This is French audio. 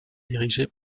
dirigée